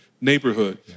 neighborhood